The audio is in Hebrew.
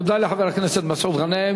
תודה לחבר הכנסת מסעוד גנאים.